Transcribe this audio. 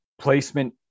placement